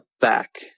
back